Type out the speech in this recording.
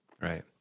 Right